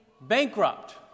bankrupt